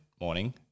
morning